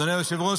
אדוני היושב-ראש,